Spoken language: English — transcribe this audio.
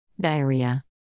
Diarrhea